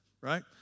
right